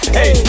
Hey